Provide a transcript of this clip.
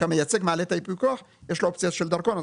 כשהמייצג מעלה את ייפוי הכוח יש לו אופציה של דרכון,